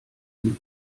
ihm